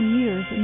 years